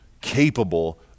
capable